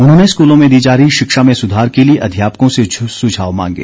उन्होंने स्कूलों में दी जा रही शिक्षा में सुधार के लिए अध्यापकों से सुझाव मांगे